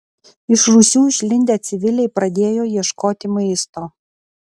iš rūsių išlindę civiliai pradėjo ieškoti maisto